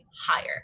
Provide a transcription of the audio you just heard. higher